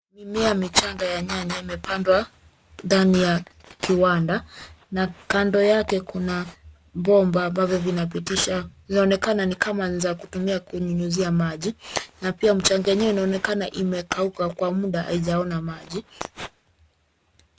Mimea michanga ya nyanya imepandwa ndani ya kiwanda na kando yake kuna bomba ambavyo vinapitisha, linaonekana kama ni za kutumia kunyunyuzia maji na pia mchanga yenyewe inaonekana imekauka kwa muda haijaona maji.